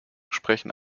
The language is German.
sprechen